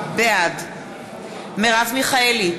בעד מרב מיכאלי,